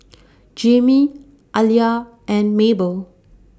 Jimmie Aliya and Mabel